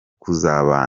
kuzabana